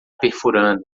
perfurando